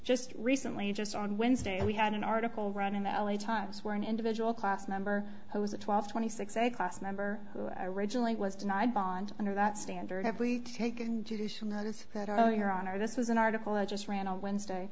just recently just on wednesday we had an article run in the l a times where an individual class member who was a twelve twenty six a class member i originally was denied bond under that standard have we taken judicial notice that i know your honor this was an article i just ran on wednesday